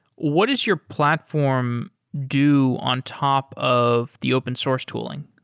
what is your platform do on top of the open source tooling?